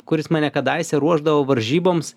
kuris mane kadaise ruošdavo varžyboms